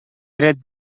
dret